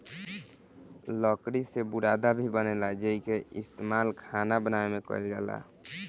लकड़ी से बुरादा भी बनेला जेइके इस्तमाल खाना बनावे में कईल जाला